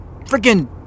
freaking